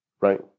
right